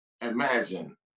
Imagine